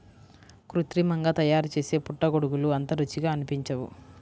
కృత్రిమంగా తయారుచేసే పుట్టగొడుగులు అంత రుచిగా అనిపించవు